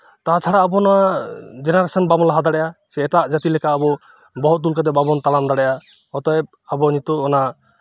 ᱛᱟᱪᱷᱟᱲᱟ ᱟᱵᱚ ᱱᱚᱣᱟ ᱡᱮᱱᱟᱨᱮᱥᱚᱱ ᱵᱟᱢ ᱞᱟᱦᱟ ᱫᱟᱲᱮᱭᱟᱜᱼᱟ ᱮᱴᱟᱜ ᱡᱟᱹᱛᱤ ᱞᱮᱠᱟ ᱟᱵᱚ ᱵᱚᱦᱚᱜ ᱛᱩᱞ ᱠᱟᱛᱮᱜ ᱵᱟᱵᱚᱱ ᱛᱟᱲᱟᱢ ᱫᱟᱲᱮᱭᱟᱜᱼᱟ ᱮᱛᱚᱭᱮᱫ ᱟᱵᱚ ᱱᱤᱛᱚᱜ ᱚᱱᱟ